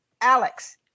Alex